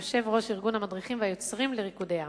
יושב-ראש ארגון המדריכים והיוצרים לריקודי עם.